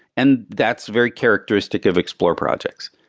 and that's very characteristic of explore projects.